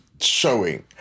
showing